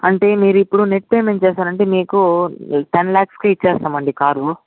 అంటే మీరు ఇప్పుడు నెట్ పేమెంట్ చేశారంటే మీకు టెన్ ల్యాక్స్కి ఇచ్చేస్తామండి కారు